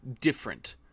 different